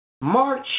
March